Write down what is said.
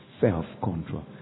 self-control